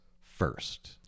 first